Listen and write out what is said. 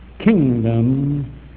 kingdom